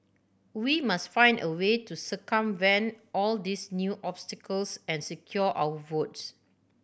we must find a way to circumvent all these new obstacles and secure our votes